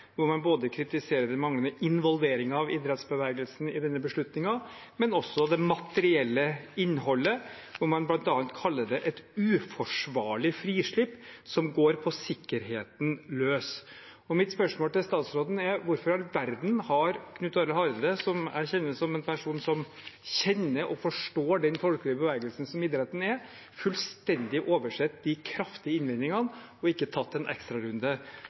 hvor man kritiserer både den manglende involveringen av idrettsbevegelsen i denne beslutningen og også det materielle innholdet, hvor man bl.a. kaller det et uforsvarlig frislipp som går på sikkerheten løs. Mitt spørsmål til statsråden er: Hvorfor i all verden har Knut Arild Hareide, som jeg kjenner som en person som kjenner og forstår den folkelige bevegelsen som idretten er, fullstendig oversett de kraftige innvendingene og ikke tatt en ekstrarunde